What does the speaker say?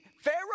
Pharaoh